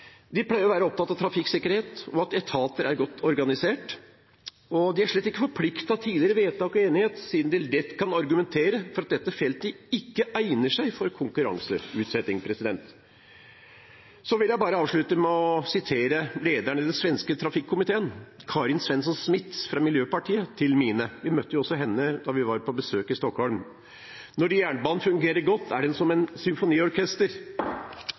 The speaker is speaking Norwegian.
De pleier å være opptatt av trafikksikkerhet og av at etater er godt organisert, og de er slett ikke forpliktet av tidligere vedtak og enighet siden de lett kan argumentere for at dette feltet ikke egner seg for konkurranseutsetting. Så vil jeg bare avslutte med å sitere lederen i den svenske trafikkomiteen, Karin Svensson Smith fra Miljöpartiet – vi møtte jo også henne da vi var på besøk i Stockholm: Når jernbanen fungerer godt, er den som et symfoniorkester.